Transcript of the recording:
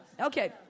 okay